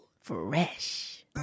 fresh